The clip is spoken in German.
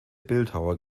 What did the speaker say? bildhauer